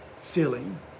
filling